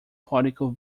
particle